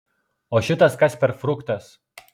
o šitas kas per fruktas